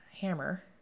hammer